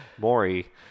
Maury